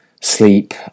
sleep